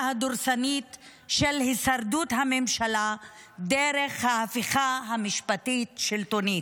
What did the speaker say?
הדורסנית של הישרדות הממשלה דרך ההפיכה המשפטית-שלטונית.